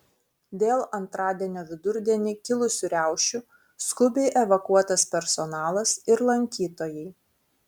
dėl antradienio vidurdienį kilusių riaušių skubiai evakuotas personalas ir lankytojai